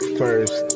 first